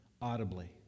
Audibly